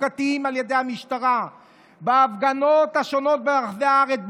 חוקתיים על ידי המשטרה בהפגנות השונות ברחבי הארץ,